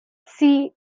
see